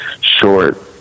short